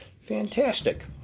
Fantastic